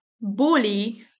bully